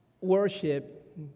worship